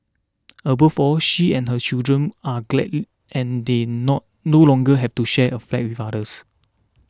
above all she and her children are gladly and they not no longer have to share a flat with others